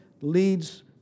leads